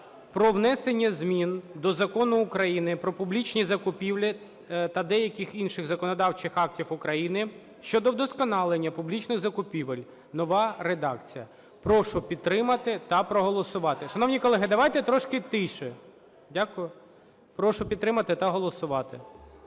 про внесення змін до Закону України "Про публічні закупівлі" та деяких інших законодавчих актів України щодо вдосконалення публічних закупівель (нова редакція). Прошу підтримати на проголосувати. Шановні колеги, давайте трішки тише. Дякую. Прошу підтримати та голосувати.